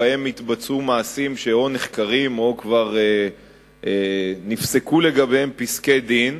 שבהן התבצעו מעשים שאו נחקרים או כבר נפסקו לגביהם פסקי-דין,